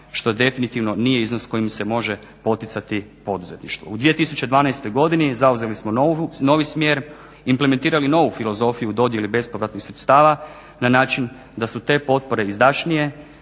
što definitivno nije iznos kojim se može poticati poduzetništvo. U 2012. godini zauzeli smo novi smjer, implementirali novu filozofiju u dodjeli bespovratnih sredstava na način da su te potpore izdašnije,